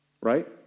right